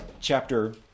chapter